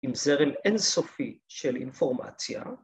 ‫עם זרם אינסופי של אינפורמציה.